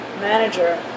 manager